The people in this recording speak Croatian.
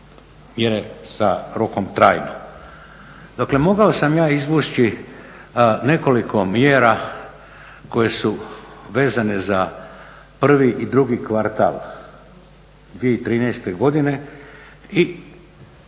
Mjere sa rokom trajno. Dakle mogao sam ja izvući nekoliko mjera koje su vezane za prvi i drugi kvartal 2013. godine i